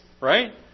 right